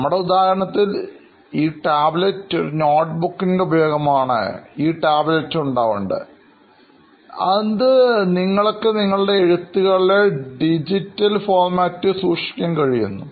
നമ്മുടെ ഉദാഹരണത്തിൽ ഈ ടാബ്ലെറ്റ് ഒരു നോട്ട്ബുക്കിന്റെ ഉപയോഗമാണ് ഉണ്ടാവേണ്ടത് അത് നിങ്ങൾക്ക് നിങ്ങളുടെ എഴുത്തുകളെ ഡിജിറ്റൽ ഫോർമാറ്റിൽ സൂക്ഷിക്കാൻ സഹായിക്കുന്നു